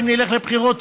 אם נלך לבחירות,